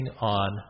on